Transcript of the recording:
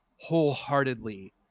wholeheartedly